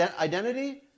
identity